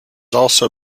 also